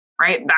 right